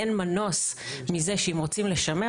אין מנוס מזה שאם רוצים לשמר,